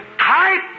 type